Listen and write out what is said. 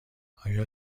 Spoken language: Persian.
آیا